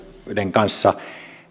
kanssa